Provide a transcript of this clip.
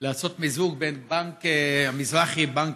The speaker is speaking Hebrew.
אני רוצה לסיים בנושא של שכונת חיילים משוחררים בראמה,